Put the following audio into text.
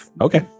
Okay